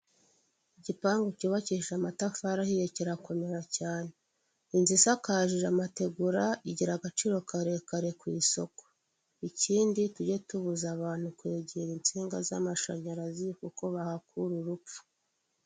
Igipangu cyubakishije amatafari ahiye kirakomera cyane. Inzu isakajije amategura, igira agaciro karekare ku isoko. Ikindi tujye tubuza abantu kwegera insinga z'amashyanyarazi kuko bahakura urupfu.